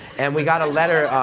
and we got a letter,